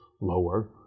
lower